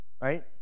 right